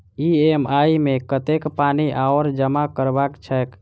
EMI मे कतेक पानि आओर जमा करबाक छैक?